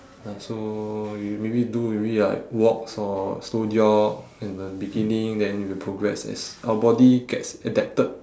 uh so you maybe do maybe like walks or slow jog in the beginning then we progress as our body gets adapted